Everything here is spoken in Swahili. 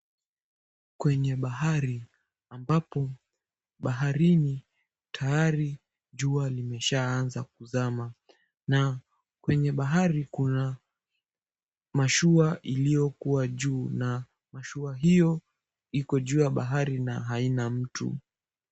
Kwenye bahari ambapo baharini tayari jua limeshaanza kuzama na kwenye bahari kuna mashua iliyokua juu na mashua hiyo iko juu ya bahari na haina mtu.